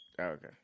Okay